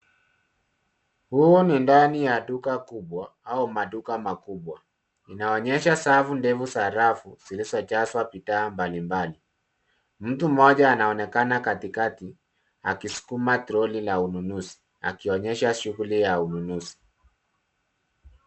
Huo ni ndani ya duka kubwa au maduka makubwa. Inaonyesha safu ndefu za rafu zilizojazwa bidhaa mbalimbali. Mtu mmoja anaonekana katikati akisukuma troli la ununuzi akionyesha shughuli ya ununuzi.